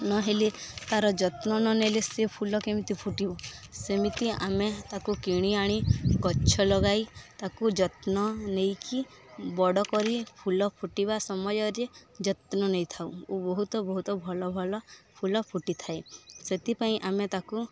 ନ'ହେଲେ ତା'ର ଯତ୍ନ ନନେଲେ ସେ ଫୁଲ କେମିତି ଫୁଟିବୁ ସେମିତି ଆମେ ତାକୁ କିଣି ଆଣି ଗଛ ଲଗାଇ ତାକୁ ଯତ୍ନ ନେଇକି ବଡ଼ କରି ଫୁଲ ଫୁଟିବା ସମୟରେ ଯତ୍ନ ନେଇଥାଉ ଓ ବହୁତ ବହୁତ ଭଲ ଭଲ ଫୁଲ ଫୁଟିଥାଏ ସେଥିପାଇଁ ଆମେ ତାକୁ